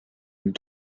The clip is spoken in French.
une